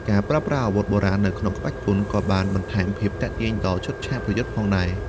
ការប្រើប្រាស់អាវុធបុរាណនៅក្នុងក្បាច់គុនក៏បានបន្ថែមភាពទាក់ទាញដល់ឈុតឆាកប្រយុទ្ធផងដែរ។